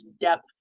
depth